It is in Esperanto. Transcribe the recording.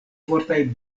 fortaj